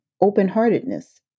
open-heartedness